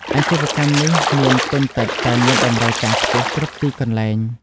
អាជីវកម្មនេះមានទុនតិចតែមានតម្រូវការខ្ពស់គ្រប់ទីកន្លែង។